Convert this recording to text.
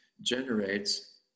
generates